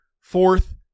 fourth